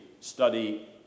study